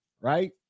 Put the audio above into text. Right